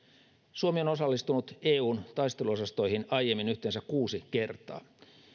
suomi on osallistunut eun taisteluosastoihin aiemmin yhteensä kuusi kertaa